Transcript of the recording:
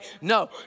No